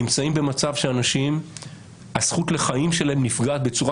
נמצאים אנשים שהזכות שלהם לחיים נפגעת בצורה